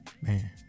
Man